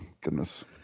goodness